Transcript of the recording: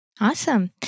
Awesome